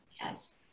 Yes